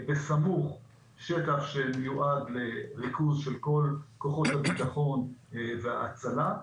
בסמוך יש שטח שמיועד לכינוס של כל כוחות הביטחון וההצלה.